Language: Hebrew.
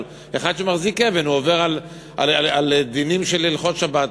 אבל אחד שמחזיק אבן עובר על דינים של הלכות שבת.